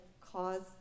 cause